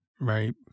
Right